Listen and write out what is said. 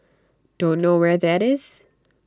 don't know where that is